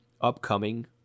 upcoming